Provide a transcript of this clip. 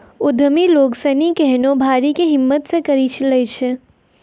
उद्यमि लोग सनी केहनो भारी कै हिम्मत से करी लै छै